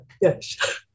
yes